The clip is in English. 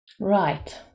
Right